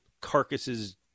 carcasses